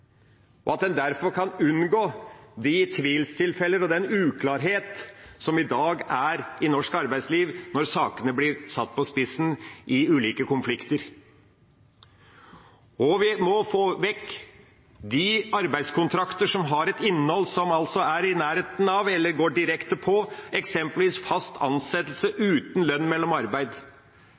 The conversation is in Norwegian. kan unngå de tvilstilfellene og den uklarheten som i dag er i norsk arbeidsliv når sakene blir satt på spissen i ulike konflikter. Vi må få vekk de arbeidskontraktene som har et innhold som er i nærheten av eller går direkte på eksempelvis fast ansettelse uten lønn mellom arbeid.